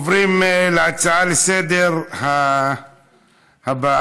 עוברים להצעות הבאה לסדר-היום,